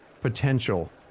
potential